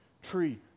tree